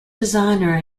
designer